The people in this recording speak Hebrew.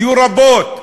יהיו רבות.